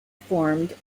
formed